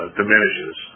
diminishes